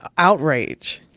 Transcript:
outrage.